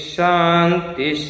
Shanti